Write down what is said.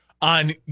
on